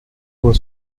was